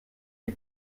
die